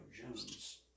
Jones